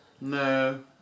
No